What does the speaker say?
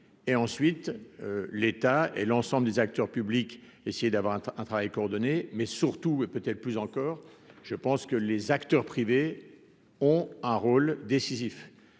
et ensuite l'État et l'ensemble des acteurs publics, essayer d'avoir un travail coordonné mais surtout et peut-être plus encore, je pense que les acteurs privés ont un rôle décisif,